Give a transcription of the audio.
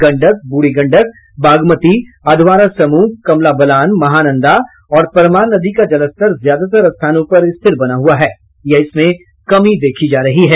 गंडक बूढ़ी गंडक बागमती अधवारा समूह कमला बलान महानंदा और परमान नदी का जलस्तर ज्यादातर स्थानों पर स्थिर बना हुआ है या इसमें कमी देखी जा रही है